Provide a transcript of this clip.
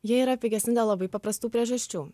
jie yra pigesni dėl labai paprastų priežasčių